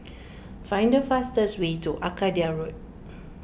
find the fastest way to Arcadia Road